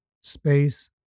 space